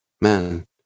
man